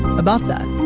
about that,